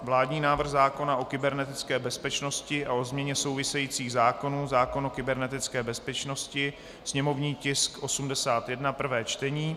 Vládní návrh zákona o kybernetické bezpečnosti a o změně souvisejících zákonů (zákon o kybernetické bezpečnosti) /sněmovní tisk 81/ prvé čtení